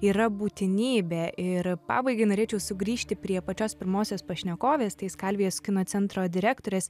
yra būtinybė ir pabaigai norėčiau sugrįžti prie pačios pirmosios pašnekovės tai skalvijos kino centro direktorės